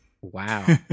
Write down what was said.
Wow